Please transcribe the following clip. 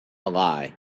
lie